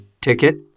ticket